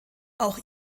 auch